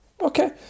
Okay